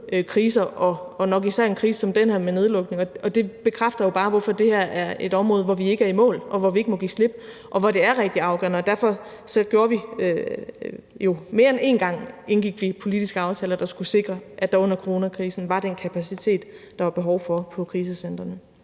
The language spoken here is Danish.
krise som den her, hvor der sker en nedlukning. Det bekræfter jo bare, hvorfor det her er et område, hvor vi ikke er i mål, og hvor vi ikke må give slip, og hvor det, vi gør, er rigtig afgørende, og derfor indgik vi mere end én gang politiske aftaler, der skulle sikre, at der under coronakrisen var den kapacitet, der var behov for på krisecentrene.